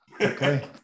Okay